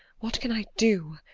what can i do?